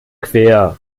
quer